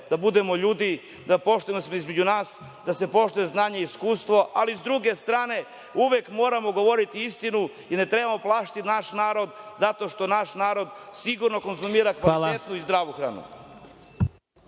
da budemo ljudi, da se poštujemo između nas, da se poštuje znanje i iskustvo, ali sa druge strane uvek moramo govoriti istinu i ne trebamo plašiti naš narod zato što naš narod sigurno konzumira kvalitetnu i zdravu hranu.